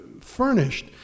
furnished